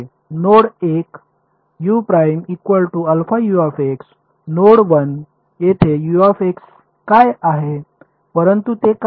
node 1 node 1 येथे काय आहे परंतु ते काय आहे